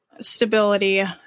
stability